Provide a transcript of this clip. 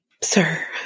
sir